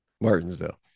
Martinsville